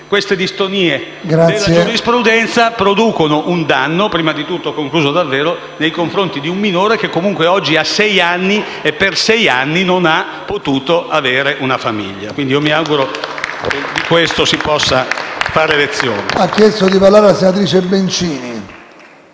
Queste distonie della giurisprudenza producono un danno, prima di tutto nei confronti di un minore, che comunque oggi ha sei anni e per sei anni non ha potuto avere una famiglia. Quindi, mi auguro che questo ci possa fare da lezione.